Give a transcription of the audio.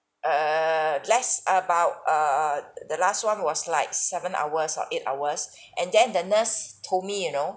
err less about err the last one was like seven hours or eight hours and then the nurse told me you know